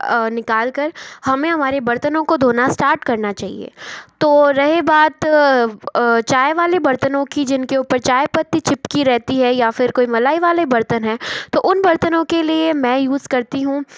निकाल कर हमें हमारी बर्तनों को धोना स्टार्ट करना चाहिए तो रही बात चाय वाले बर्तनो की जिनके ऊपर चाय पत्ती चिपकी रहती है या फिर कोई मलाई वाले बर्तन हैं तो उन बर्तनो के लिए मैं यूज़ करती हूँ